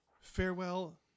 Farewell